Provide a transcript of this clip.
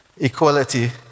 equality